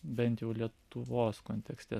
bent jau lietuvos kontekste